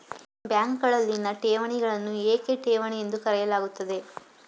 ಬ್ಯಾಂಕುಗಳಲ್ಲಿನ ಠೇವಣಿಗಳನ್ನು ಏಕೆ ಠೇವಣಿ ಎಂದು ಕರೆಯಲಾಗುತ್ತದೆ?